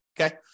okay